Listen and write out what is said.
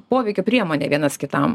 poveikio priemonė vienas kitam